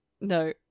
No